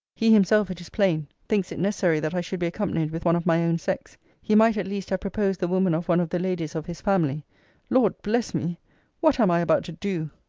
he himself, it is plain, thinks it necessary that i should be accompanied with one of my own sex he might, at least, have proposed the woman of one of the ladies of his family lord bless me what am i about to do